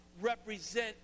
represent